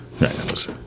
Right